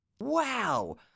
Wow